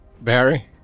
Barry